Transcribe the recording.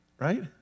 Right